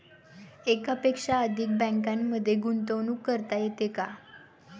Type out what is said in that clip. एकापेक्षा अधिक बँकांमध्ये गुंतवणूक करता येते का?